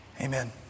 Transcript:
Amen